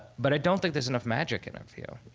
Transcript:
but i don't think there's enough magic in it for you.